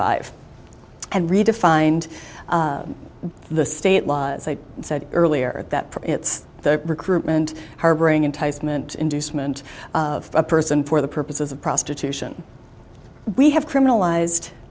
five and redefined the state law as i said earlier that it's the recruitment harboring enticement inducement of a person for the purposes of prostitution we have criminal